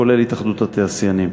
כולל התאחדות התעשיינים.